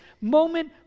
moment